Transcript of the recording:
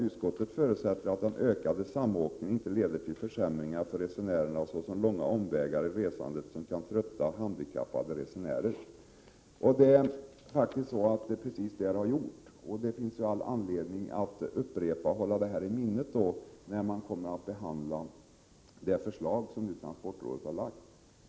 Utskottet förutsatte att den ökade samåkningen inte skulle leda till försämringar för resenärerna såsom långa omvägar i resandet, som kunde trötta handikappade resenärer. Men det är faktiskt precis vad det har gjort. Det finns alltså all anledning att hålla detta i minnet när man kommer att behandla det förslag som transportrådet har lagt fram.